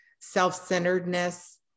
self-centeredness